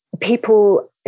people